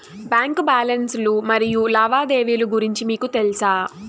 Bank balance లు మరియు లావాదేవీలు గురించి మీకు తెల్సా?